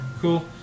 cool